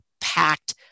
packed